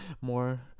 more